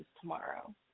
tomorrow